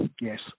Yes